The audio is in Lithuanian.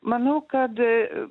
manu kad